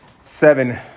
seven